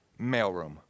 Mailroom